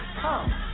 come